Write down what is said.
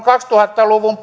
kaksituhatta luvun